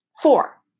Four